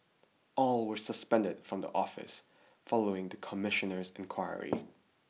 all were suspended from office following the Commissioner's inquiry